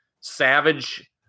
Savage